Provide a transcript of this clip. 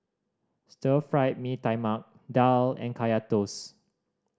Stir Fried Mee Tai Mak daal and Kaya Toast